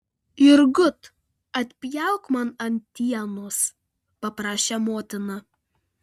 jurgut atpjauk man antienos paprašė motina